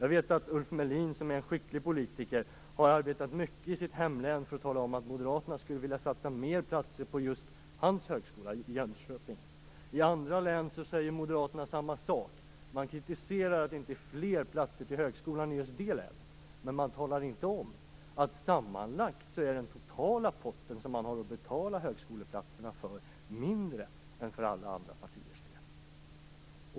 Jag vet att Ulf Melin, som är en skicklig politiker, har arbetat mycket i sitt hemlän för att tala om att Moderaterna skulle vilja satsa på fler platser på just hans högskola i Jönköping. I andra län säger moderater samma sak. Man kritiserar att det inte är fler platser till högskolan i just det länet, men man talar inte om att sammanlagt är den totala potten som man har att betala högskoleplatserna med mindre än för alla andra partier.